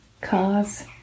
cars